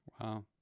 Wow